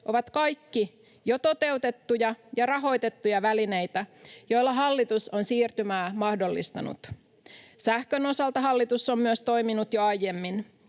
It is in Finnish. ovat kaikki jo toteutettuja ja rahoitettuja välineitä, joilla hallitus on siirtymää mahdollistanut. Myös sähkön osalta hallitus on toiminut jo aiemmin.